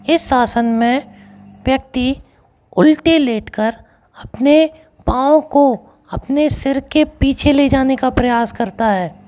इस आसन में व्यक्ति उल्टे लेट कर अपने पांव को अपने सिर के पीछे ले जाने का प्रयास करता है